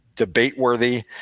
Debate-worthy